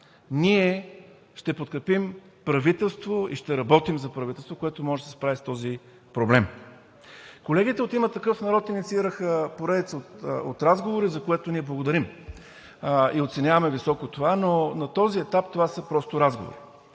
Ние ще подкрепим и ще работим за правителство, което може да се справи с този проблем. Колегите от „Има такъв народ“ инициираха поредица от разговори, за което ние благодарим и оценяваме високо, но на този етап това са просто разговори